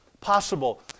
possible